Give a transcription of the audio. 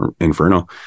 Inferno